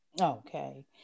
Okay